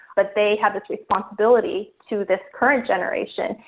but they have this responsibility to this current generation.